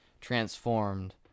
transformed